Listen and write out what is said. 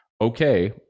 okay